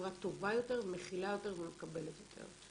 החברה טובה יותר ומכילה יותר ומקבלת יותר.